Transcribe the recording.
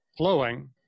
Flowing